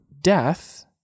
death